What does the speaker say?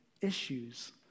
issues